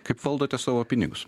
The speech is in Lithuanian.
kaip valdote savo pinigus